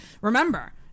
remember